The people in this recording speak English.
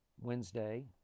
Wednesday